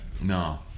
No